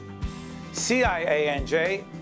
Cianj